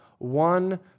One